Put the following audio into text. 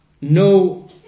No